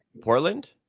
Portland